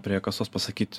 prie kasos pasakyt